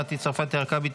מטי צרפתי הרכבי,